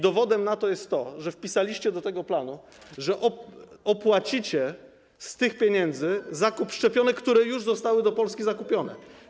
Dowodem na to jest to, że wpisaliście do tego planu, że sfinansujecie z tych pieniędzy zakup szczepionek, które już zostały dla Polski zakupione.